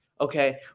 Okay